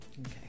Okay